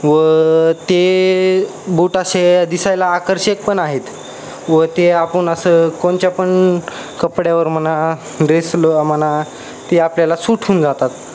व ते बूट असे दिसायला आकर्षक पण आहेत व ते आपण असं कोणत्या पण कपड्यावर म्हणा ड्रेसलो म्हणा ते आपल्याला सुट होऊन जातात